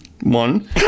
One